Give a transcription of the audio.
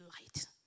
light